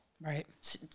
Right